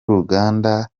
uruganda